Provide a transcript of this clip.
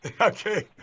Okay